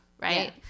right